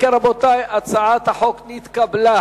אם כן, רבותי, הצעת החוק נתקבלה.